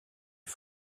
est